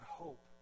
hope